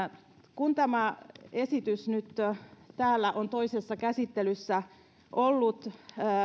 kun tämä esitys nyt täällä on toisessa käsittelyssä ollut